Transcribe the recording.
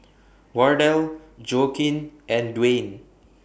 Wardell Joaquin and Dwayne